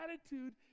attitude